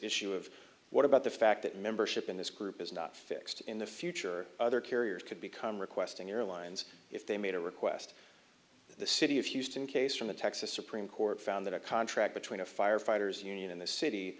issue of what about the fact that membership in this group is not fixed in the future other carriers could become requesting airlines if they made a request the city of houston case from the texas supreme court found that a contract between a firefighters union and the city